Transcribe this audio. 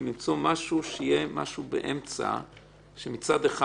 משהו שיהיה באמצע כך שמצד אחד